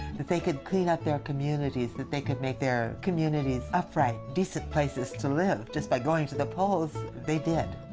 that they could clean up their communities, that they could make their communities upright, decent places to live just by going to the polls, polls, they did.